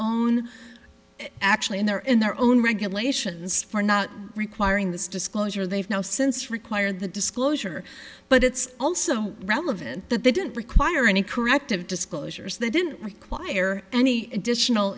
own actually in their in their own regulations for not requiring this disclosure they've now since required the disclosure but it's also relevant that they didn't require any corrective disclosures they didn't require any additional